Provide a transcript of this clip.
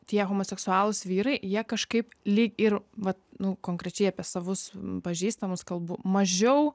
tie homoseksualūs vyrai jie kažkaip lyg ir vat nu konkrečiai apie savus pažįstamus kalbu mažiau